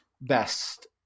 best